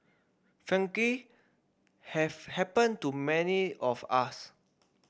frankly have happened to many of us